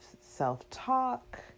self-talk